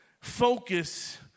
focus